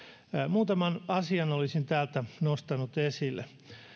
muutaman asian olisin täältä nostanut esille